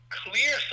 clear